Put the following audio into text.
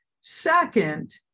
Second